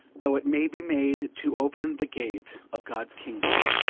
though it may be made to open the gate of god's kingdom.